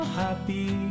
happy